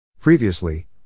Previously